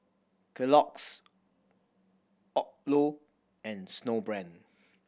Kellogg's Odlo and Snowbrand